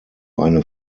eine